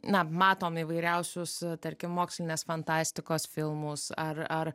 na matom įvairiausius tarkim mokslinės fantastikos filmus ar ar